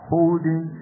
Holding